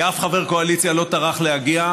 כי אף חבר קואליציה לא טרח להגיע,